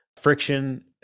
friction